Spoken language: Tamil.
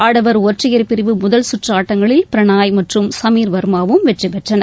ஆடவர் ஒற்றையர் பிரிவு முதல் சுற்று ஆட்டங்களில் பிரனாய் மற்றும் சமீர் வர்மாவும் வெற்றிபெற்றனர்